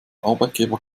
arbeitgeber